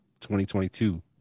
2022